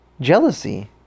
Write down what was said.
jealousy